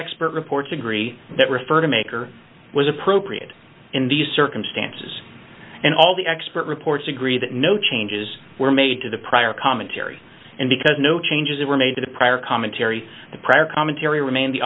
expert reports agree that refer to maker was appropriate in these circumstances and all the expert reports agree that no changes were made to the prior commentary and because no changes were made to the prior commentary the prior commentary remained the